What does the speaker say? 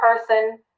person